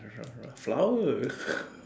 flower